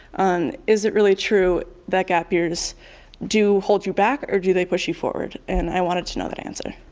is it really true that gap years do hold you back or do they push you forward? and i wanted to know that answer.